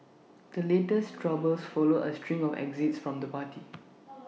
the latest troubles follow A string of exits from the party